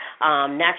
natural